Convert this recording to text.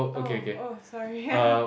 oh oh sorry